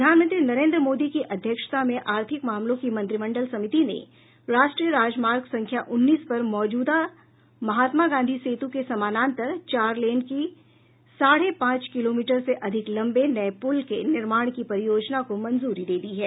प्रधानमंत्री नरेन्द्र मोदी की अध्यक्षता में आर्थिक मामलों की मंत्रिमंडल समिति ने राष्ट्रीय राजमार्ग संख्या उन्नीस पर मौजूदा महात्मा गांधी सेतु के समानांतर चार लेन के साढ़े पांच किलोमीटर से अधिक लंबे नये पुल के निर्माण की परियोजना को मंजूरी दे दी है